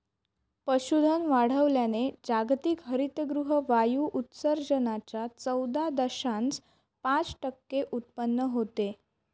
पशुधन वाढवल्याने जागतिक हरितगृह वायू उत्सर्जनाच्या चौदा दशांश पाच टक्के उत्पन्न होते